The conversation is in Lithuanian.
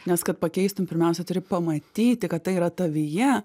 nes kad pakeistum pirmiausia turi pamatyti kad tai yra tavyje